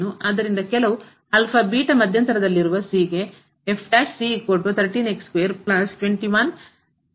ಆದ್ದರಿಂದ ಕೆಲವು 0 ಆಗಿರುತ್ತದೆ